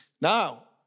Now